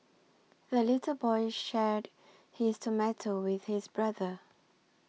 the little boy shared his tomato with his brother